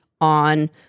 on